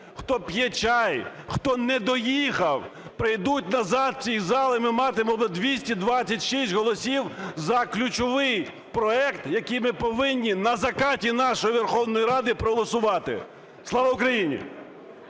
хто п’є чай, хто не доїхав, прийдуть назад в цей зал, і ми матимемо 226 голосів за ключовий проект, який ми повинні на закаті нашої Верховної Ради проголосувати. Слава Україні!